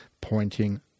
pointing